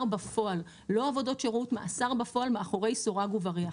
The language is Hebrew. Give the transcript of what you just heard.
בפועל לא עבודות שירות מאסר בפועל מאחורי סורג ובריח.